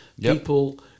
people